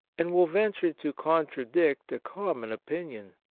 and will venture to contradict a common opinion.